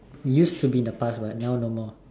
used to be in the past but now no more